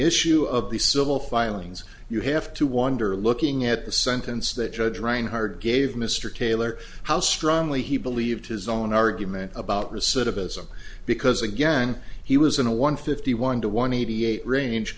issue of the civil filings you have to wonder looking at the sentence that judge reinhardt gave mr taylor how strongly he believed his own argument about recidivism because again he was in a one fifty one to one eighty eight range